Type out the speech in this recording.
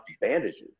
bandages